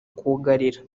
kugarira